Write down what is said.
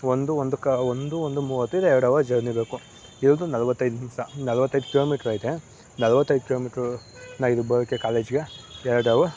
ಒಂದು ಒಂದು ಕಾ ಒಂದು ಒಂದು ಮೂವತ್ತು ಇಲ್ಲ ಎರಡು ಅವರ್ ಜರ್ನಿ ಬೇಕು ಎರಡು ನಲ್ವತ್ತೈದು ನಿಮಿಷ ನಲ್ವತ್ತೈದು ಕಿಲೋಮೀಟ್ರ್ ಆಗೈತೆ ನಲ್ವತ್ತೈದು ಕಿಲೋಮೀಟ್ರೂ ನಾನು ಇಲ್ಲಿಗೆ ಬರೋಕ್ಕೆ ಕಾಲೇಜ್ಗೆ ಎರಡು ಅವರ್